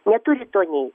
neturi to nei